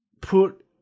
Put